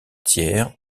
tiers